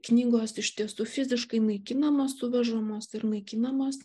knygos iš tiesų fiziškai naikinamos suvežamos ir naikinamos